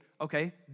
okay